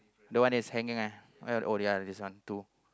the one that is hanging eh this one two